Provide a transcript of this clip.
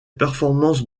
performances